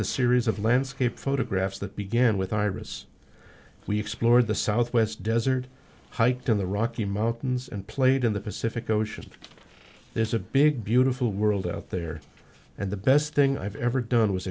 the series of landscape photographs that began with iris we explored the southwest desert hiked in the rocky mountains and played in the pacific ocean is a big beautiful world out there and the best thing i've ever done was